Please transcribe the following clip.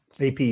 AP